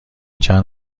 چند